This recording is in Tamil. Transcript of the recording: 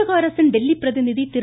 தமிழக அரசின் டெல்லி பிரதிநிதி திரு